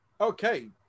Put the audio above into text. Okay